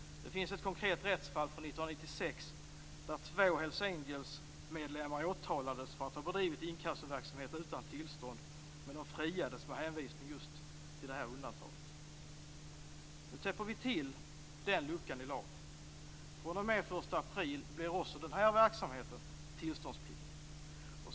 Det finns ett konkret rättsfall från 1996, där två Hells Angels-medlemmar åtalades för att ha bedrivit inkassoverksamhet utan tillstånd, men de friades med hänvisning just till detta undantag. Nu täpper vi till den luckan i lagen. fr.o.m. den 1 april blir också denna verksamhet tillståndspliktig.